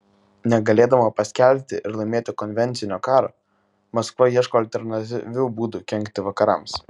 negalėdama paskelbti ir laimėti konvencinio karo maskva ieško alternatyvių būdų kenkti vakarams